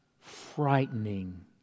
frightening